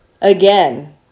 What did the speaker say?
again